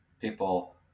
people